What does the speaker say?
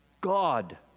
God